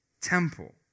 temple